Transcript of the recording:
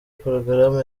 porogaramu